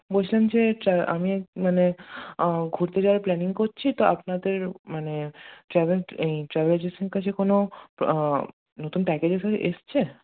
বলছিলাম যে ট্রা আমি মানে ঘুরতে যাওয়ার প্ল্যানিং করছি তো আপনাদের মানে ট্রাভেল ট্রাভেল এজেন্সির কাছে কোনো নতুন প্যাকেজেস এসেছে